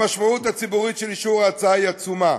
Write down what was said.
המשמעות הציבורית של אישור ההצעה היא עצומה.